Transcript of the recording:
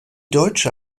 deutsche